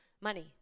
money